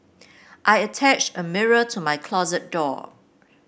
I attached a mirror to my closet door